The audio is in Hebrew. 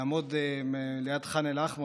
לעמוד ליד ח'אן אל-אחמר,